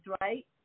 right